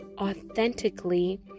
authentically